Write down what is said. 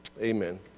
Amen